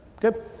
good.